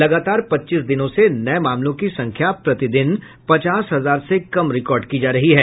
लगातार पच्चीस दिनों से नए मामलों की संख्या प्रतिदिन पचास हजार से कम रिकार्ड की जा रही है